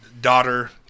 daughter